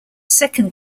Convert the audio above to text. second